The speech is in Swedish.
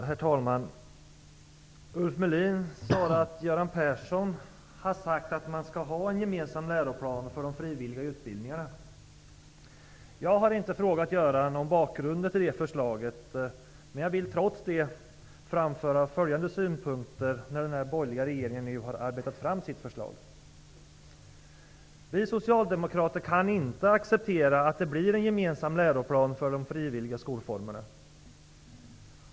Herr talman! Ulf Melin sade att Göran Persson har sagt att man skall ha en gemensam läroplan för de frivilliga utbildningarna. Jag har inte frågat Göran Persson om bakgrunden till det förslaget, men jag vill trots det framföra följande synpunkter när den borgerliga regeringen nu har arbetat fram sitt förslag. Vi socialdemokrater kan inte acceptera att det blir en gemensam läroplan för de frivilliga skolformerna.